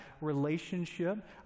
relationship